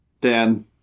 Dan